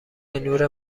نور